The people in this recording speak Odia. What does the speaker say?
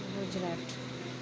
ଗୁଜୁରାଟ